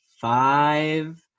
Five